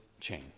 chain